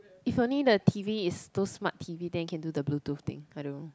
if only the t_v is those smart t_v then you can do the bluetooth thing I don't